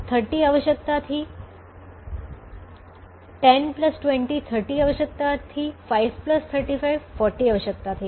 30 आवश्यकता थी 10 20 30 आवश्यकता थी 5 35 40 आवश्यकता थी